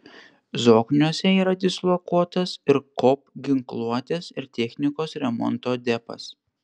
zokniuose yra dislokuotas ir kop ginkluotės ir technikos remonto depas